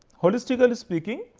holistically speaking,